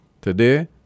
today